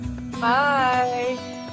Bye